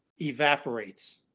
evaporates